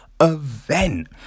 event